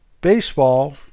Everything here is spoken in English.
baseball